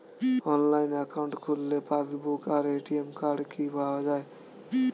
Online account খুললে passbook আর ATM card কি পাওয়া যায়?